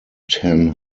ten